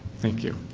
thank you.